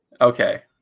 okay